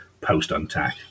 post-UNTAC